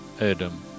adam